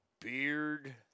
Beard